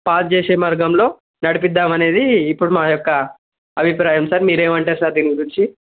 pause చేసే మార్గంలో నడిపిద్దాము అనేది ఇప్పుడు మాయొక్క అభిప్రాయం సర్ మీరు ఏమంటారు సర్ దీని గురించి